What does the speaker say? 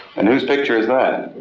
and whose picture is that?